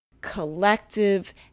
collective